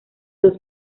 dos